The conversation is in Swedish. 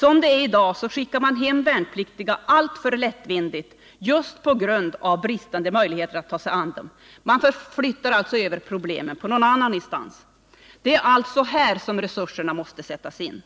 Som det är i dag skickar man hem värnpliktiga alltför lättvindigt just på grund av bristande möjligheter att ta sig an dem. Man flyttar över problemen till någon annan instans, men det är här som resurserna måste sättas in.